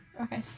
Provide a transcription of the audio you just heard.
Okay